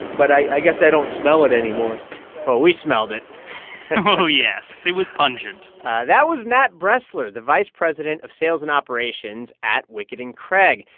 but i guess i don't smell it anymore well, we smelled it oh, yes. it was pungent that was matt bressler, the vice president of sales and operations at wickett and craig.